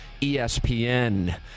ESPN